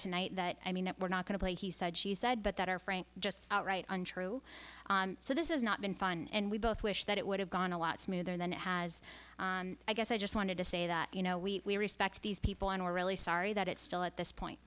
tonight that i mean we're not going to play he said she said but that her frank just outright untrue so this is not been fun and we both wish that it would have gone a lot smoother than it has i guess i just wanted to say that you know we respect these people and we're really sorry that it still at this point